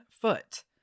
foot